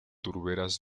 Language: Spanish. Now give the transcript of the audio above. turberas